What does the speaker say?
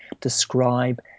describe